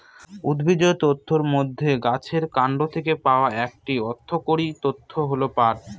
উদ্ভিজ্জ তন্তুর মধ্যে গাছের কান্ড থেকে পাওয়া একটি অর্থকরী তন্তু হল পাট